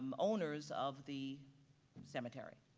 um owners of the cemetery.